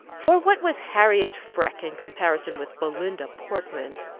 for what was harriot freke in comparison with belinda portman?